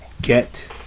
Get